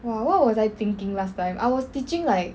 !wah! what was I thinking last time I was teaching like